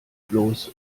bloß